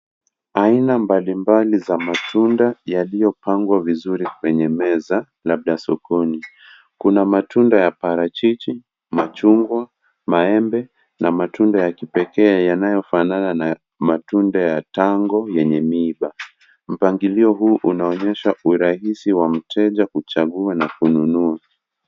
Aina mbali mbali za matunda, yaliyo pangwa vizuri kwenye meza, labda sokoni, kuna matunda ya parachichi, machungwa, maembe, na matunda ya kipekee yanayofanana na, matunda ya tango, yenye miiba, mpangilio huu unaonyesha urahisi wa mteja kuchagua na kununua.